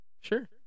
Sure